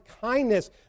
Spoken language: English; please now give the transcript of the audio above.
kindness